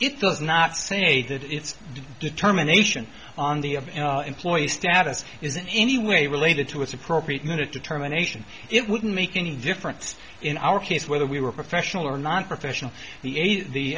it does not say that its determination on the of employees status is in any way related to it's appropriate in a determination it wouldn't make any difference in our case whether we were professional or nonprofessional the